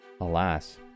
Alas